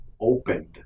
opened